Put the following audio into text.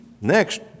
Next